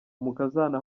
umukazana